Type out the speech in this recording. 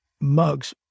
mugs